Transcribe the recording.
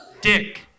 dick